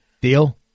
Deal